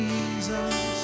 Jesus